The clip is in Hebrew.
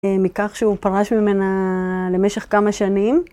מכך שהוא פרש ממנה למשך כמה שנים.